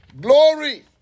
Glory